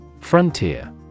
Frontier